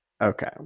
okay